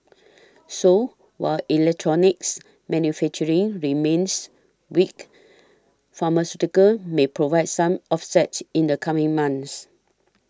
so while electronics manufacturing remains weak pharmaceuticals may provide some offset in the coming months